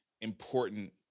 important